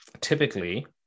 Typically